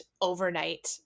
overnight